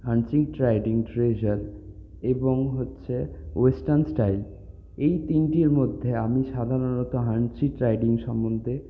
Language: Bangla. হানসিট রাইডিং ড্রেসাজ এবং হচ্ছে ওয়েস্টার্ন স্টাইল এই তিনটির মধ্যে আমি সাধারণত হানসিট রাইডিং সম্বন্ধে